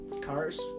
cars